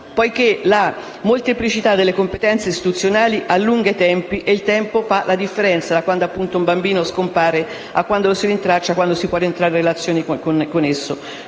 poiché la molteplicità delle competenze istituzionali allunga i tempi e il tempo fa la differenza quando un bambino scompare, quando lo si rintraccia e quando si può rientrare a relazionarsi con lui.